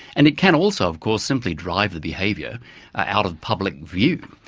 and it can also of course, simply drive the behaviour out of public view.